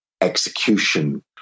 execution